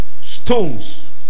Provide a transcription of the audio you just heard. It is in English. stones